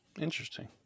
interesting